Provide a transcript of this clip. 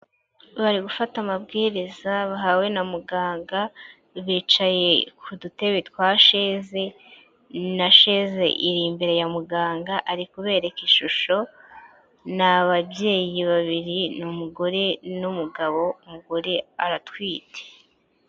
Bari gufata amabwiriza bahawe na muganga, bicaye ku dutebe twa sheze, na sheze iri imbere ya muganga, ari kubereka ishusho, ni ababyeyi babiri, ni umugore n'umugabo, umugore aratwite.